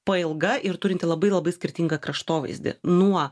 pailga ir turinti labai labai skirtingą kraštovaizdį nuo